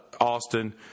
Austin